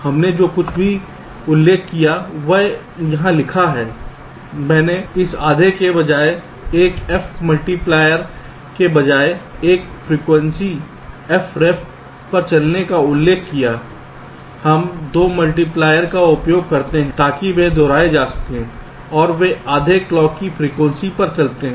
इसलिए हमने जो कुछ भी उल्लेख किया है वह यहां लिखा है मैंने इस आधे के बजाय एक f मल्टीप्लायर के बजाय एक फ्रीक्वेंसी f रेफ पर चलने का उल्लेख किया है हम 2 मल्टीप्लायर का उपयोग करते हैं ताकि वे दोहराए जा सकें और वे आधे क्लॉक की फ्रीक्वेंसी पर चलते हैं